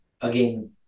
again